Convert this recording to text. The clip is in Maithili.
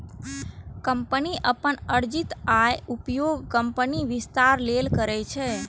कंपनी अपन अर्जित आयक उपयोग कंपनीक विस्तार लेल करै छै